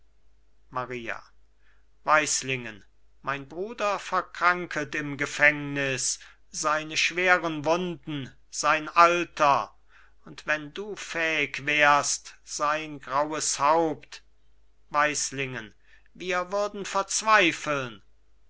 maria weislingen mein bruder verkranket im gefängnis seine schweren wunden sein alter und wenn du fähig wärst sein graues haupt weislingen wir würden verzweifeln